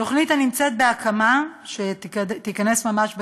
תוכנית בהקמה, שתיכנס ממש בקרוב,